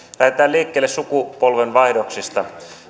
lähdetään liikkeelle sukupolvenvaihdoksista